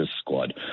squad